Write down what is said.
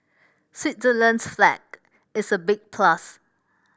Switzerland's flag is a big plus